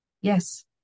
Yes